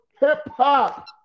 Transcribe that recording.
hip-hop